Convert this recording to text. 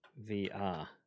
VR